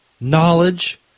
knowledge